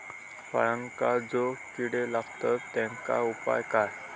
फळांका जो किडे लागतत तेनका उपाय काय?